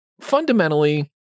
Fundamentally